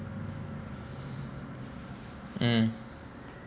mm